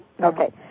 Okay